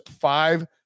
five